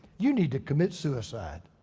you need to commit suicide.